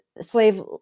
slave